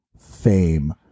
fame